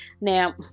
Now